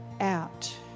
out